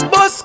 Bus